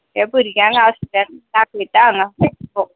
हे भुरग्यांक दाखयता हांगा